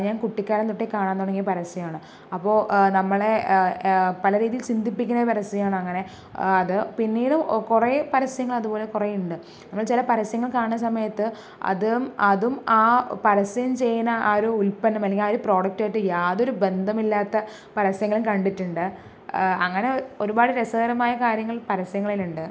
ഞാൻ കുട്ടിക്കാലം തൊട്ടേ കാണാൻ തുടങ്ങിയ പരസ്യമാണ് അപ്പോൾ നമ്മളെ പല രീതിയിൽ ചിന്തിപ്പിക്കുന്ന ഒരു പരസ്യമാണ് അങ്ങനെ അത് പിന്നീട് കുറേ പരസ്യങ്ങൾ അതുപോലെ കുറേ ഉണ്ട് നമ്മള് ചില പരസ്യങ്ങൾ കാണുന്ന സമയത്ത് അത് അതും ആ പരസ്യം ചെയ്യുന്ന ആ ഒരു ഉൽപ്പന്നം അല്ലെങ്കിൽ ആ ഒരു പ്രോഡക്ടായിട്ട് യാതൊരു ബന്ധമില്ലാത്ത പരസ്യങ്ങളും കണ്ടിട്ടുണ്ട് അങ്ങനെ ഒരുപാട് രസകരമായ കാര്യങ്ങൾ പരസ്യങ്ങളിൽ ഉണ്ട്